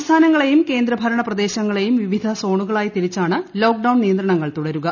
സംസ്ഥാനങ്ങളെയും കേന്ദ്ര ഭരണ പ്രദേശങ്ങളേയും വിവിധ സോണുകളായി തിരിച്ചാണ് ലോക്ക് ഡൌൺ നിയന്ത്രണങ്ങൾ തുടരുക